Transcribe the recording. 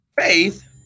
faith